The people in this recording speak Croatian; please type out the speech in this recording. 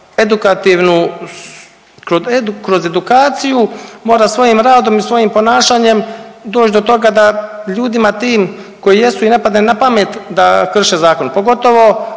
kroz edukaciju mora svojim radom i svojim ponašanjem doći do toga da ljudima tim koji jesu i ne pada im napamet da krše zakon. Pogotovo